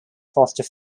foster